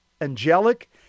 angelic